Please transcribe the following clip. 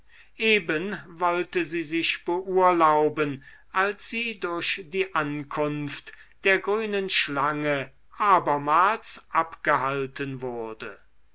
eben wollte sie sich beurlauben als sie durch die ankunft der grünen schlange abermals abgehalten wurde